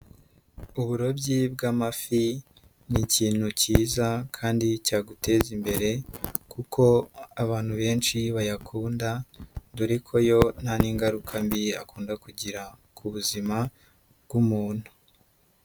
Uburobyi bw'amafi ni ikintu cyiza kandi cyaguteza imbere kuko abantu benshi bayakunda, dore ko yo nta n'ingaruka mbi akunda kugira ku buzima bw'umuntu.